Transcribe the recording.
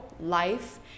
life